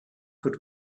could